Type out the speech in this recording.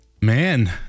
man